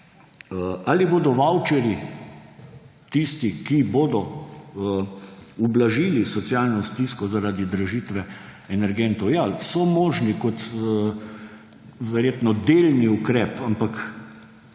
Ali bodo vavčerji tisti, ki bodo ublažili socialno stisko zaradi dražitve energentov? Ja, so možni kot verjetno delni ukrep, ampak